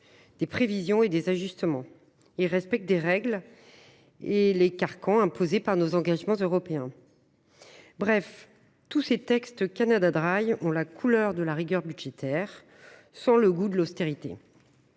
des prévisions et des ajustements. Ils respectent des règles et les carcans imposés par nos engagements européens. Bref, tous ces textes, que je qualifie de, ont la couleur de la rigueur budgétaire, sans le goût de l’austérité.